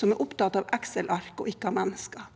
som er opptatt av Excel-ark og ikke av mennesker.